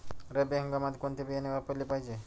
रब्बी हंगामात कोणते बियाणे वापरले पाहिजे?